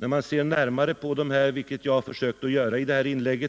När man ser närmare på dem, vilket jag försökt göra i detta inlägg,